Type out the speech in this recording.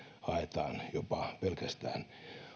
haetaan jopa pelkästään